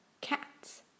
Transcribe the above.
cats